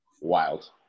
wild